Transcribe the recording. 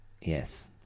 yes